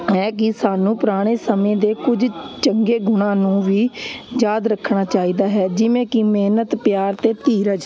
ਹੈ ਕਿ ਸਾਨੂੰ ਪੁਰਾਣੇ ਸਮੇਂ ਦੇ ਕੁਝ ਚੰਗੇ ਗੁਣਾਂ ਨੂੰ ਵੀ ਯਾਦ ਰੱਖਣਾ ਚਾਹੀਦਾ ਹੈ ਜਿਵੇਂ ਕਿ ਮਿਹਨਤ ਪਿਆਰ ਅਤੇ ਧੀਰਜ